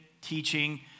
teaching